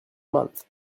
month